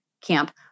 camp